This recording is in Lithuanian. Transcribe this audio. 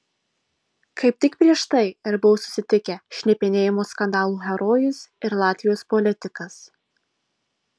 kaip tik prieš tai ir buvo susitikę šnipinėjimo skandalų herojus ir latvijos politikas